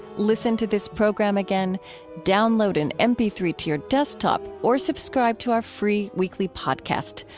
listen to this program again download an m p three to your desktop, or subscribe to our free weekly podcast.